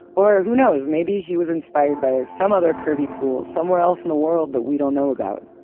or, who knows, maybe he was inspired by some other curvy pool somewhere else in the world that we don't know about.